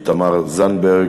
תמר זנדברג,